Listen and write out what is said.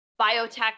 Biotech